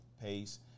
pace